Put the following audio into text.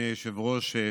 אדוני היושב-ראש,